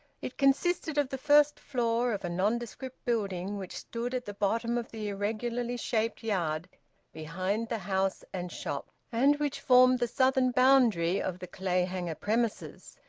it consisted of the first floor of a nondescript building which stood at the bottom of the irregularly shaped yard behind the house and shop, and which formed the southern boundary of the clayhanger premises.